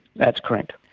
that's correct.